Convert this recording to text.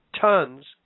tons